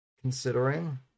Considering